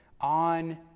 on